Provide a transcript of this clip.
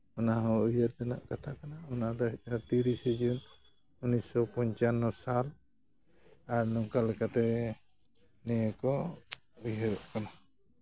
ᱚᱱᱟᱦᱚᱸ ᱩᱭᱦᱟᱹᱨ ᱨᱮᱱᱟᱜ ᱠᱟᱛᱷᱟ ᱠᱟᱱᱟ ᱚᱱᱟᱫᱚ ᱦᱩᱭᱩᱜ ᱠᱟᱱᱟ ᱛᱤᱨᱤᱥᱮ ᱡᱩᱱ ᱩᱱᱤᱥᱥᱚ ᱯᱚᱧᱪᱟᱱᱱᱚ ᱥᱟᱞ ᱟᱨ ᱱᱚᱝᱠᱟ ᱞᱮᱠᱟᱛᱮ ᱱᱤᱭᱟᱹᱠᱚ ᱩᱭᱦᱟᱹᱨᱚᱜ ᱠᱟᱱᱟ